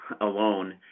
alone